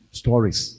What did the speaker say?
stories